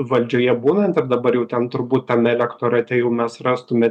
valdžioje būnant ir dabar jau ten turbūt tame elektorate jau mes rastume